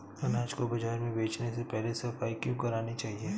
अनाज को बाजार में बेचने से पहले सफाई क्यो करानी चाहिए?